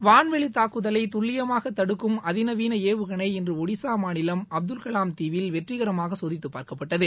வான்வெளி தூக்குதலை துள்ளியமாக தடுக்கும் அதிநவீள ஏவுகணை இன்று ஒடிசா மாநிலம் அப்துல் கலாம் தீவில் வெற்றிகரமாக சோதித்து பார்க்கப்பட்டது